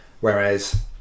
whereas